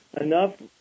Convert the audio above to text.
enough